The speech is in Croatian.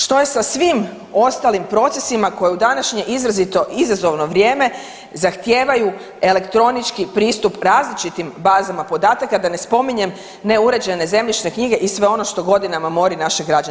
Što je sa svim ostalim procesima koje u današnje izrazito izazovno vrijeme zahtijevaju elektronički pristup različitim bazama podataka da ne spominjem neuređene zemljišne knjige i sve ono što godinama mori naše građane.